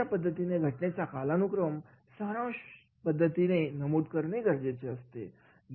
अशा पद्धतीने घटनेचा कालानुक्रमाने सारांश नमूद करणे गरजेचे असते